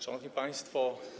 Szanowni Państwo!